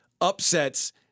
upsets